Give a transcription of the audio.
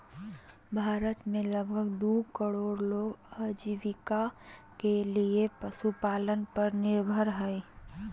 भारत में लगभग दू करोड़ लोग आजीविका के लिये पशुपालन पर निर्भर हइ